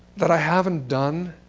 that i haven't done,